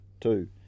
two